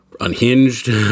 unhinged